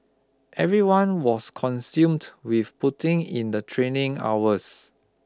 everyone was consumed with putting in the training hours